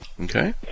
Okay